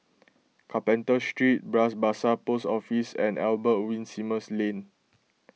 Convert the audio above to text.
Carpenter Street Bras Basah Post Office and Albert Winsemius Lane